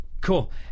Cool